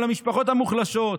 על המשפחות המוחלשות,